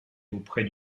auprès